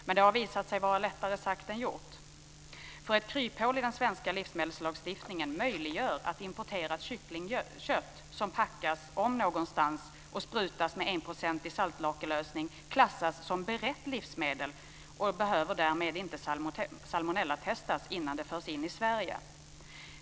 Men det har visat sig vara lättare sagt än gjort. Ett kryphål i den svenska livsmedelslagstiftningen möjliggör att importerat kycklingkött som packas om någonstans och sprutas med enprocentig saltlakelösning klassas som berett livsmedel, och det behöver därmed inte salmonellatestas innan det förs in i Sverige.